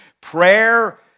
prayer